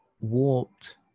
warped